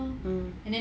mm